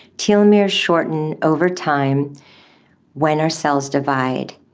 telomeres shorten over time when our cells divide,